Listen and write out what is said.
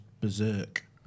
berserk